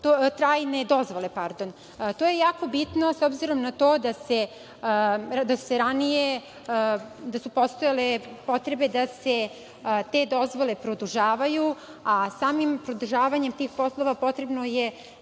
trajne dozvole. To je jako bitno, s obzirom na to da su ranije postojale potrebe da se te dozvole produžavaju, a samim produžavanjem tih dozvola potrebno je